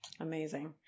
Amazing